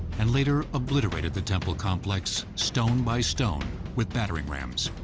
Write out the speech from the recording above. and later obliterated the temple complex stone-by-stone with battering rams.